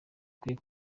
ikwiye